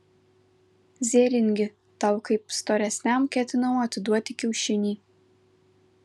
zėringi tau kaip storesniam ketinau atiduoti kiaušinį